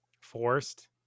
forced